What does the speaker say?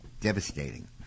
devastating